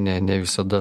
ne ne visada